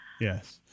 yes